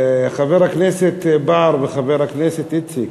חבר הכנסת בר וחבר הכנסת איציק,